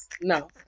No